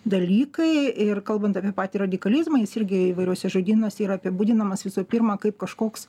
dalykai ir kalbant apie patį radikalizmą jis irgi įvairiuose žodynuose yra apibūdinamas visų pirma kaip kažkoks